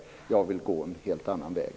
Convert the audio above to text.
Jag vill gå en helt annan väg.